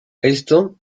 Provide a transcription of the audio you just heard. esto